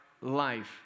life